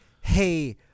hey